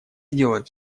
делать